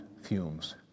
fumes